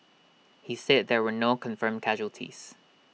he said there were no confirmed casualties